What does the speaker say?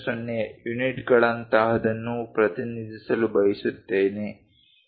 50 ಯುನಿಟ್ಗಳಂತಹದನ್ನು ಪ್ರತಿನಿಧಿಸಲು ಬಯಸುತ್ತೇನೆ